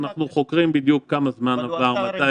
הוא הרי עשה בדיקה לפני העלייה למטוס.